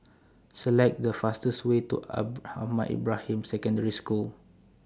Select The fastest Way to Ahmad Ibrahim Secondary School